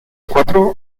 cuatro